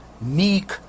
meek